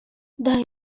daj